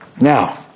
Now